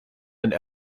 and